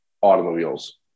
automobiles